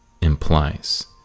implies